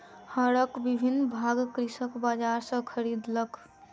हरक विभिन्न भाग कृषक बजार सॅ खरीदलक